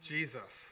Jesus